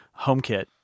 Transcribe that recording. HomeKit